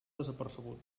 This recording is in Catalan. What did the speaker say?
desapercebut